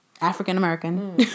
African-American